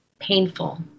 painful